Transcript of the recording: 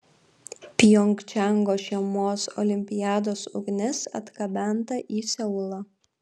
pjongčango žiemos olimpiados ugnis atgabenta į seulą